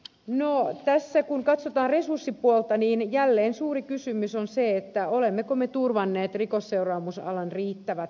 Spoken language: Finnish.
no tässä kun katsotaan resurssipuolta niin jälleen suuri kysymys on se olemmeko me turvanneet rikosseuraamusalan riittävät resurssit